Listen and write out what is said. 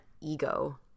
ego